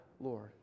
Lord